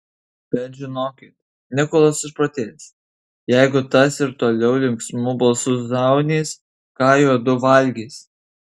bet žinokit nikolas išprotės jeigu tas ir toliau linksmu balsu zaunys ką juodu valgys